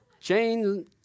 Jane